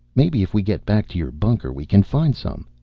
maybe if we get back to your bunker we can find some.